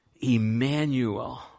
Emmanuel